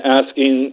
asking